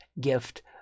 gift